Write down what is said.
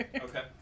Okay